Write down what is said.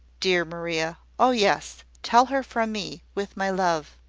dear maria! oh, yes tell her from me, with my love.